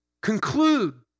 conclude